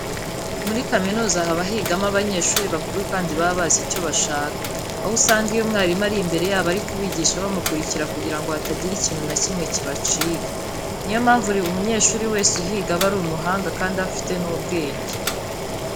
Muri kaminuza haba higamo abanyeshuri bakuru kandi baba bazi icyo bashaka, aho usanga iyo mwarimu ari imbere yabo ari kubigisha bamukurikira kugira ngo hatagira ikintu na kimwe kibacika. Niyo mpamvu buri munyeshuri wese uhiga aba ari umuhanga kandi afite n'ubwenge.